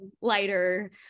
lighter